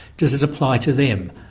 does it apply to them?